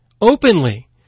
openly